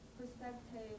perspective